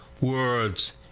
words